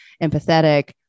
empathetic